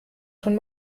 schon